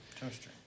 toaster